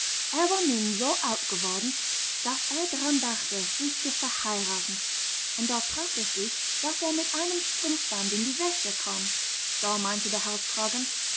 er war nun so alt geworden daß er daran dachte sich zu verheiraten und da traf es sich daß er mit einem strumpfband in die wäsche kam da meinte der